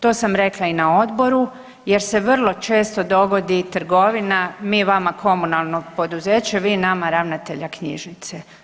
To sam rekla i na odboru, jer se vrlo često dogodi trgovina, mi vama komunalno poduzeće, vi nama ravnatelja knjižnice.